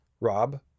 Rob